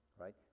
Right